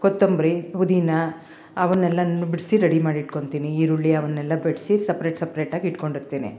ಕೊತ್ತಂಬರಿ ಪುದೀನಾ ಅವುನ್ನೆಲ್ಲಾನು ಬಿಡಿಸಿ ರೆಡಿ ಮಾಡಿಟ್ಕೊಂತೀನಿ ಈರುಳ್ಳಿ ಅವುನ್ನೆಲ್ಲಾ ಬಿಡಿಸಿ ಸಪ್ರೇಟ್ ಸಪ್ರೇಟಾಗಿ ಇಟ್ಕೊಂಡಿರ್ತಿನಿ